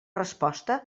resposta